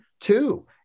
two